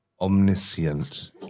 omniscient